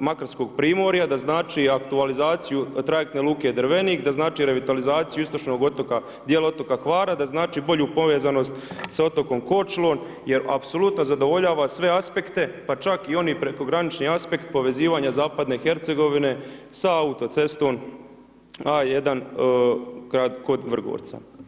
Makarskog primorja, da znači aktualizaciju trajektne luke Drvenik, da znači revitalizaciju istočnog otoka, dijela otoka Hvara, da znači bolju povezanost sa otokom Korčulom jer apsolutno zadovoljava sve aspekte pa čak i oni prekogranični aspekt povezivanja zapadne Hercegovine sa autocestom A1 kod Vrgorca.